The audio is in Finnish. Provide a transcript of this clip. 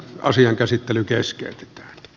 asian käsittely keskeytetään